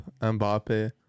Mbappe